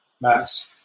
Max